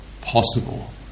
possible